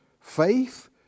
faith